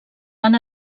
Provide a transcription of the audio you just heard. van